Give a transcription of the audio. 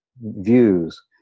views